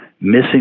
missing